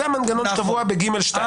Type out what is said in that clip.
זה המנגנון שקבוע ב-ג2.